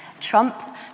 Trump